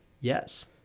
Yes